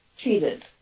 treated